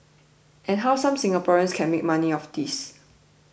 and how some Singaporeans can make money off this